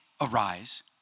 arise